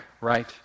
right